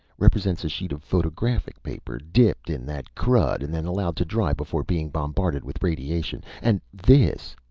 represents a sheet of photographic paper dipped in that crud and then allowed to dry before being bombarded with radiation. and this,